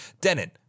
Denon